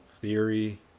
theory